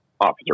officer